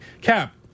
Cap